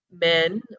men